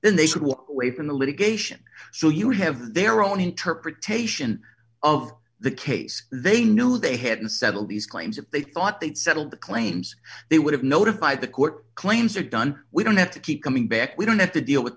then they should walk away from the litigation so you have their own interpretation of the case they knew they had to settle these claims if they thought they'd settled the claims they would have notified the court claims are done we don't have to keep coming back we don't have to deal with